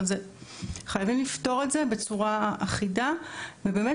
חייבים לפתור את זה בצורה אחידה ושבאמת